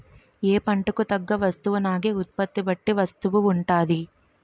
ఏ పంటకు తగ్గ వస్తువునాగే ఉత్పత్తి బట్టి వస్తువు ఉంటాది